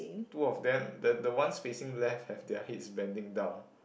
two of them the the ones facing left have their heads bending down